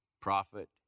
prophet